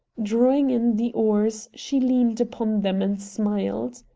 drawing in the oars, she leaned upon them and smiled.